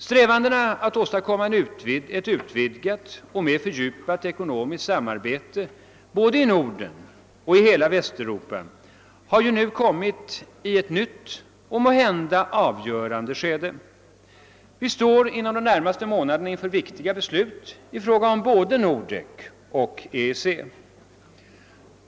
Strävandena att åstadkomma ett utvidgat och mer fördjupat ekonomiskt samarbete både i Norden och i hela Västeuropa har ju nu kommit i ett nytt och måhända avgörande skede. Vi står inom de närmaste månaderna inför viktiga beslut i fråga om både Nordek och EEC.